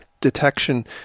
detection